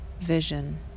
vision